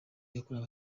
yakorewe